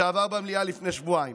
שעבר במליאה לפני שבועיים.